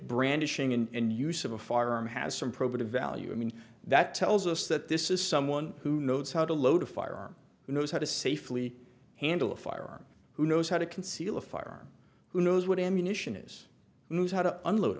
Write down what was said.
brandishing and use of a firearm has some probative value i mean that tells us that this is someone who knows how to load a firearm who knows how to safely handle a firearm who knows how to conceal a firearm who knows what ammunition is knew how to unload